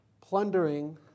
plundering